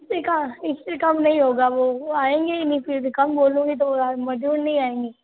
इससे कम नहीं होगा वो आएंगे ही नहीं फिर भी कम बोलूँगी तो वो मजदूर नहीं आएंगे